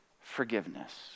forgiveness